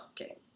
okay